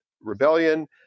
Rebellion